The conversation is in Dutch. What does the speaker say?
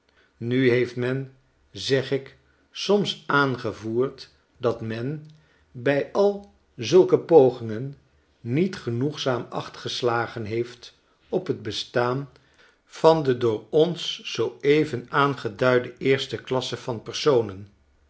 nu heeft men zeg ik soms aangevoerd dat men bij al zulke pogingen niet genoegzaam acht geslagen heeft op t bestaan van de door ons zoo even aangeduide eerste klasse van personen